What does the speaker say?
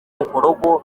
mukorogo